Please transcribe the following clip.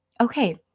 okay